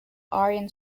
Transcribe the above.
aryan